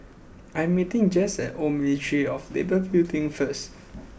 I am meeting Jess at Old Ministry of Labour Building first